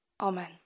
Amen